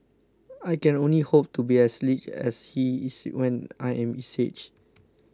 I can only hope to be as lithe as he is when I am his age